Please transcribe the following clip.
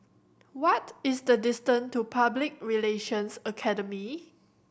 what is the distance to Public Relations Academy